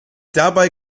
dabei